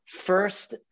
first